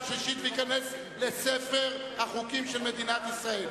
שלישית וייכנס לספר החוקים של מדינת ישראל.